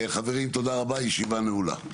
חברים, תודה רבה, הישיבה נעולה.